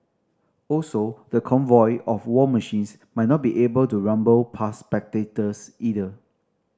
also the convoy of war machines might not be able to rumble past spectators either